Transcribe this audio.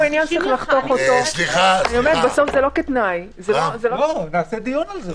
נעשה דיון על זה.